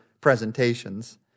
presentations